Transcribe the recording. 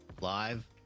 live